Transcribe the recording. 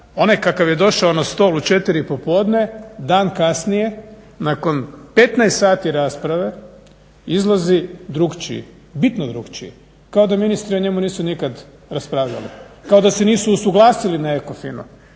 kakav je došao na stol u četiri popodne dan kasnije nakon 15 sati rasprave izlazi drukčiji, bitno drukčiji, kao da ministri o njemu nisu nikada raspravljali, kao da se nisu usuglasili na ECOFIN-u,